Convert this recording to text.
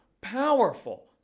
powerful